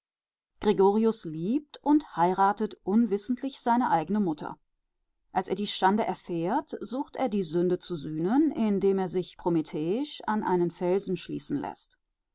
liebt und heiratet unwissentlich seine eigene mutter als er die schande erfährt sucht er die sünde zu sühnen indem er sich prometheisch an einen felsen schmieden läßt